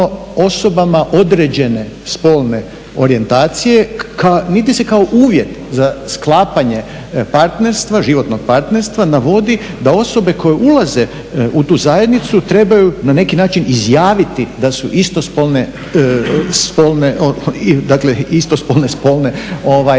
osobama određene spolne orijentacije niti se kao uvjet za sklapanje životnog partnerstva navodi da osobe koje ulaze u tu zajednicu trebaju na neki način izjaviti da su istospone spone orijentacije. I sada